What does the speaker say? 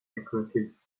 decorative